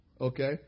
Okay